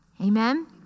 Amen